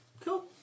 Cool